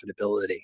profitability